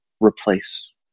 replace